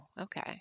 Okay